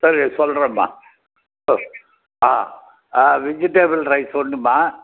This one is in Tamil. சரி சொல்லுறேன்ம்மா சொ ஆ ஆ வெஜிடபிள் ரைஸ் ஒன்றும்மா